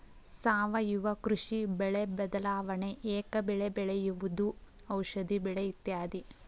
ಸಾವಯುವ ಕೃಷಿ, ಬೆಳೆ ಬದಲಾವಣೆ, ಏಕ ಬೆಳೆ ಬೆಳೆಯುವುದು, ಔಷದಿ ಬೆಳೆ ಇತ್ಯಾದಿ